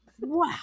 Wow